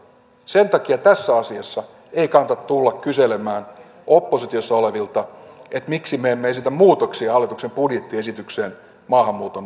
sen takia tässä asiassa ei kannata tulla kyselemään oppositiossa olevilta miksi me emme esitä muutoksia hallituksen budjettiesitykseen maahanmuuton osalta